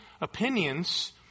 opinions